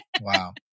Wow